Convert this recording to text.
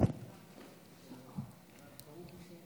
אדוני היושב-ראש,